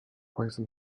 poison